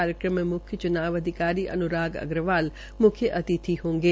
कार्यक्रम में म्ख्य च्नाव अधिकारी अन्राग अग्रवाल म्ख्य अतिथि होंगे